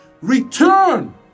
Return